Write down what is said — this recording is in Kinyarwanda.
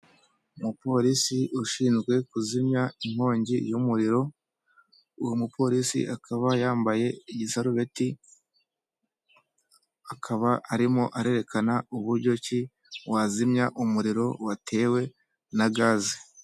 Umupolisi ushinzwe kuzimya inkongi y'umuriro, uwo mupolisi akaba yambaye igisarubeti, akaba arimo arerekana uburyo ki wazimya umuriro watewe na gaze.